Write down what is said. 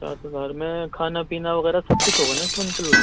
پچاس ہزار میں کھانا پینا وغیرہ سب کچھ ہوگا نا اِس میں انکلوڈ